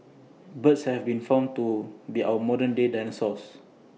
birds have been found to be our modern day dinosaurs